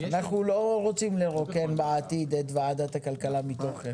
אנו לא רוצים לרוקן את ועדת הכלכלה מתוכן.